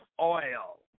oil